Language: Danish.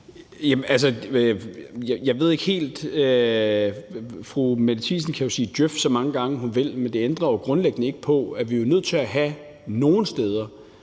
(Peter Hummelgaard): Fru Mette Thiesen kan jo sige Djøf så mange gange, hun vil, men det ændrer jo ikke grundlæggende på, at vi er nødt til at have nogle steder